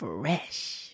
Fresh